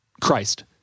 Christ